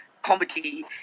Comedy